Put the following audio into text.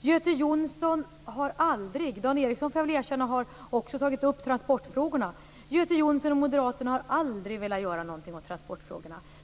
Jag får erkänna att Dan Ericsson har tagit upp transportfrågorna, men Göte Jonsson och Moderaterna har aldrig velat göra någonting åt transportfrågorna.